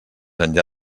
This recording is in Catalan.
enllà